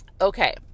Okay